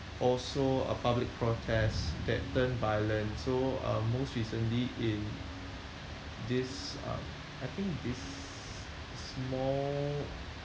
also a public protest that turned violent so uh most recently in this um I think this small